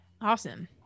Awesome